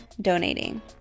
donating